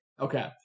Okay